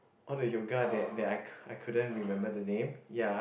all the yoga that that I I couldn't remember the name ya